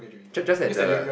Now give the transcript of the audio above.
just just had the